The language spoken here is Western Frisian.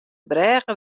brêge